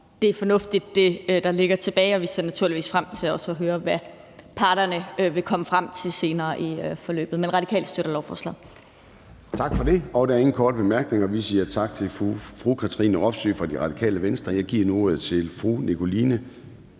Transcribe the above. Det, der ligger tilbage, er fornuftigt, og vi ser naturligvis frem til også at høre, hvad parterne vil komme frem til senere i forløbet. Men Radikale støtter lovforslaget. Kl. 11:18 Formanden (Søren Gade): Der er ingen korte bemærkninger. Vi siger tak til fru Katrine Robsøe fra Radikale Venstre. Jeg giver nu ordet til fru Nikoline